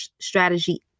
strategy